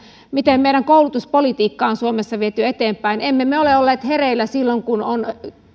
miten meidän koulutuspolitiikkaamme on suomessa viety eteenpäin emme me me ole olleet hereillä silloin kun on